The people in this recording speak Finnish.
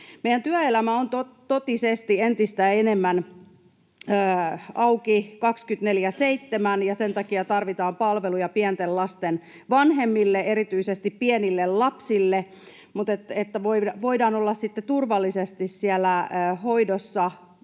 Meidän työelämä on totisesti entistä enemmän auki 24/7, ja sen takia tarvitaan palveluja pienten lasten vanhemmille, erityisesti pienille lapsille, niin että voidaan olla sitten turvallisesti siellä hoidossa